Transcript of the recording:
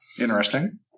Interesting